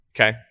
Okay